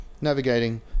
Navigating